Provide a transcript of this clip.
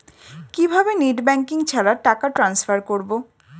কিভাবে net banking ছাড়া টাকা ট্রান্সফার করবো?